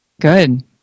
good